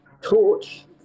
torch